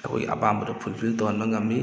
ꯑꯩꯈꯣꯏ ꯑꯄꯥꯝꯕꯗꯣ ꯐꯨꯜꯐꯤꯜ ꯇꯧꯍꯟꯕ ꯉꯝꯃꯤ